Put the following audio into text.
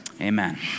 Amen